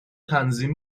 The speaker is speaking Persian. تنظیم